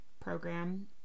program